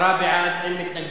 1,